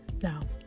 now